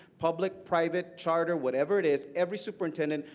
public, private, charter whatever it is, every superintendent,